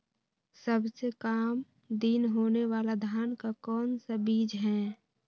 सबसे काम दिन होने वाला धान का कौन सा बीज हैँ?